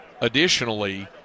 additionally